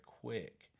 quick